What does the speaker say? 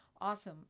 awesome